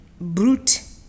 brute